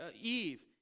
Eve